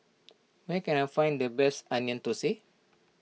where can I find the best Onion Thosai